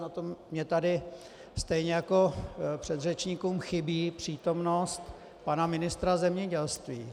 Na to mně tady stejně jako předřečníkům chybí přítomnost pana ministra zemědělství.